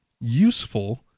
useful